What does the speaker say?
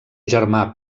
germà